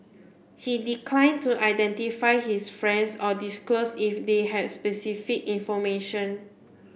he declined to identify his friends or disclose if they had specific information